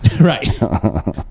Right